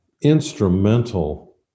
instrumental